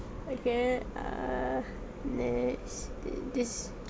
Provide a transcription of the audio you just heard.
okay uh next des~